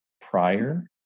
prior